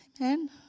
Amen